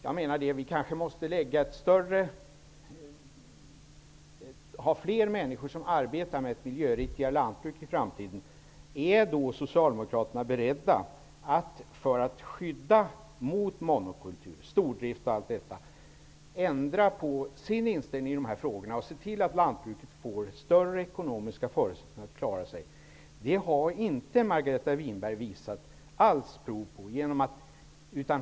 Jag menar att vi kanske måste ha fler människor som arbetar med ett miljöriktigt lantbruk i framtiden. Är Socialdemokraterna beredda att ändra på sin inställning i de här frågorna, för att skydda lantbruket mot monokultur och stordrift och se till att det får större ekonomiska förutsättningar att klara sig? Det har Margareta Winberg inte alls visat prov på.